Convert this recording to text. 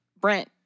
Brent